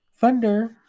Thunder